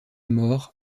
mort